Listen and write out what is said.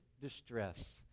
distress